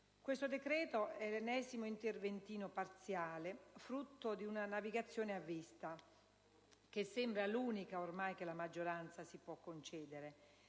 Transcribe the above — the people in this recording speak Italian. Questo decreto è l'ennesimo interventino parziale, frutto di una navigazione a vista, che sembra ormai l'unica che la maggioranza si può concedere: